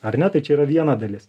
ar ne tai čia yra viena dalis